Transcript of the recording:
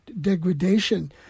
degradation